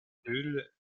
bulle